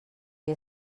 què